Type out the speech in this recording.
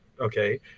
Okay